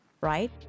Right